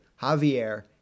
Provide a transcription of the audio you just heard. Javier